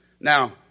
now